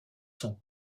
sont